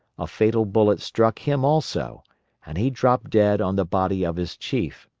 a fatal bullet struck him also and he dropped dead on the body of his chief.